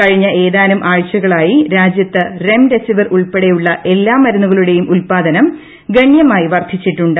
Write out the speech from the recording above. കഴിഞ്ഞ ഏതാനും ആഴ്ചകളായി രാജ്യത്ത് റെംസ്റ്റെസിവിർ ഉൾപ്പെടെയുള്ള എല്ലാ മരുന്നുകളുടെയും ഉൽപാദ്ന്ം ഗണ്യമായി വർദ്ധിച്ചിട്ടുണ്ട്